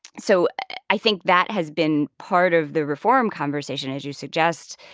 so i think that has been part of the reform conversation, as you suggest,